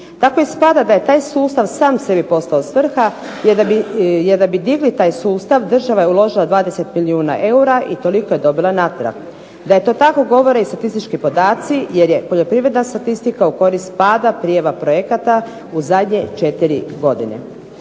Tako ispada da je taj sustav sam sebi postao svrha jer da bi digli taj sustav država je uložila 20 milijuna eura i toliko je dobila natrag. Da je to tako govore i statistički podaci jer je poljoprivredna statistika u korist pada prijava projekata u zadnje 4 godine.